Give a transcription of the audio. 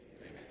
Amen